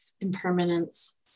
impermanence